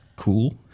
Cool